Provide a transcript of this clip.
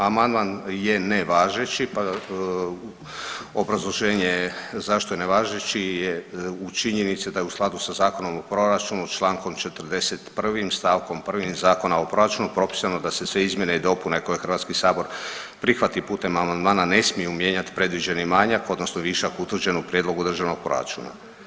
Amandman je nevažeći pa obrazloženje zašto je nevažeći je u činjenici da u skladu sa Zakonom o proračunu čl. 41. st. 1. Zakona o proračunu propisano da se sve izmjene i dopune koje HS prihvati putem amandmana ne smiju mijenjati predviđeni manjak odnosno višak utvrđen u prijedlogu državnog proračuna.